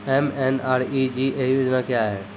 MNREGA योजना क्या हैं?